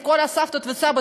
עם כל הסבות והסבתות,